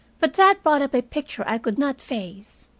but that brought up a picture i could not face.